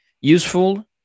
useful